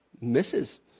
misses